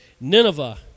Nineveh